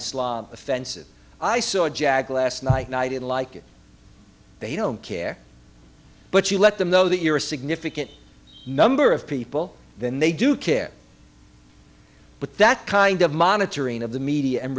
islam offensive i saw a jag last night and i didn't like it they don't care but you let them know that you're a significant number of people than they do care but that kind of monitoring of the media and